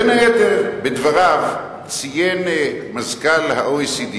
בין היתר, בדבריו, ציין מזכ"ל ה-OECD